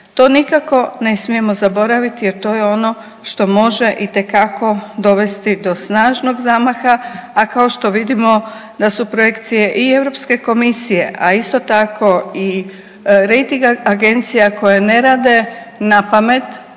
To nikako ne smijemo zaboraviti jer to je ono što može itekako dovesti do snažnog zamaha, a kao što vidimo da su projekcije i EU, a isto tako i rejting agencija koje ne rade napamet,